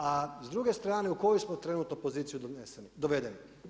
A s druge strane u koju smo trenutno poziciju dovedeni?